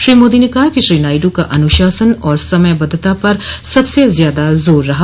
श्री मोदी ने कहा कि श्री नायडू का अनुशासन और समयबद्वता पर सबसे ज्यादा जोर रहा